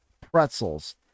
pretzels